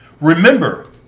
Remember